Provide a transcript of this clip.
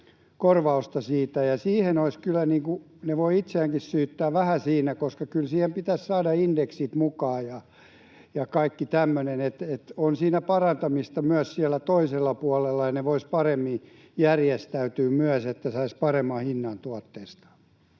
korvausta siitä, ja siihen olisi kyllä... Ne voivat itseäänkin syyttää vähän siinä, koska kyllä siihen pitäisi saada indeksit mukaan ja kaikki tämmöinen, että on siinä parantamista myös siellä toisella puolella, ja ne voisivat paremmin järjestäytyä myös, että saisivat paremman hinnan tuotteistaan.